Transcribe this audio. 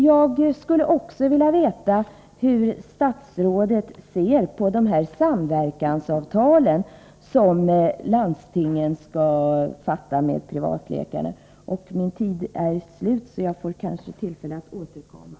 Jag skulle också vilja veta hur statsrådet ser på de samverkansavtal som landstingen skall träffa med privata läkare. Min repliktid är nu slut. Jag får kanske tillfälle att återkomma.